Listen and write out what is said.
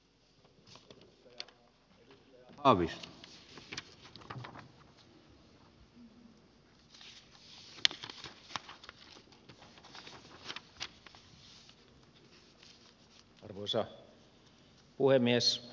arvoisa puhemies